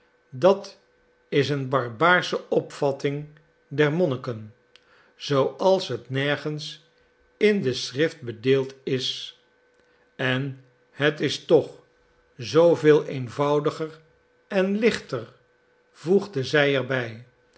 dat is een barbaarsche opvatting der monniken zooals het nergens in de schrift bedeeld is en het is toch zooveel eenvoudiger en lichter voegde zij er